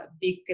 big